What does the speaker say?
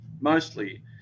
mostly